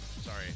Sorry